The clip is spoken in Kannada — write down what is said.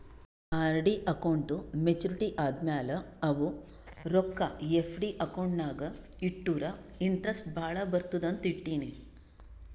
ಆರ್.ಡಿ ಅಕೌಂಟ್ದೂ ಮೇಚುರಿಟಿ ಆದಮ್ಯಾಲ ಅವು ರೊಕ್ಕಾ ಎಫ್.ಡಿ ಅಕೌಂಟ್ ನಾಗ್ ಇಟ್ಟುರ ಇಂಟ್ರೆಸ್ಟ್ ಭಾಳ ಬರ್ತುದ ಅಂತ್ ಇಟ್ಟೀನಿ